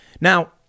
Now